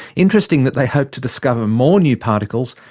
interesting that they hope to discover more new particles,